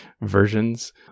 versions